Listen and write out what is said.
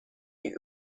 die